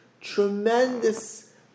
tremendous